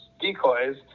decoys